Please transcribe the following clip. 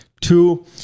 two